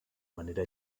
manera